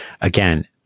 again